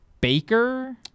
baker